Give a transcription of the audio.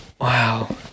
Wow